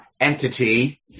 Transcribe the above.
entity